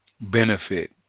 benefit